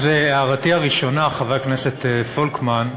אז הערתי הראשונה, חבר הכנסת פולקמן,